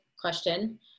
question